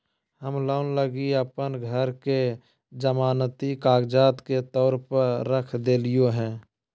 हम लोन लगी अप्पन घर के जमानती कागजात के तौर पर रख देलिओ हें